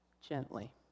gently